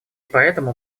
поэтому